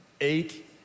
eight